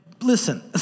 listen